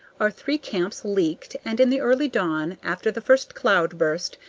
our three camps leaked, and in the early dawn, after the first cloudburst,